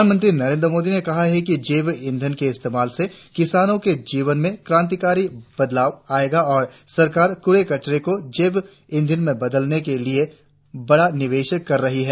प्रधानमंत्री नरेंद्र मोदी ने कहा है कि जैव ईधन के इस्तेमाल से किसानों के जीवन में क्रांति बदलाव आयेगा और सरकार कूड़े कचड़े को जैव ईधन में बदलने के लिए बड़ा निवेश कर रही है